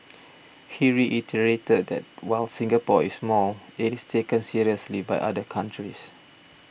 he reiterated that while Singapore is small it is taken seriously by other countries